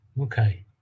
okay